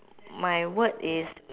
my word is